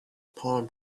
palm